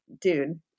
Dude